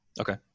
Okay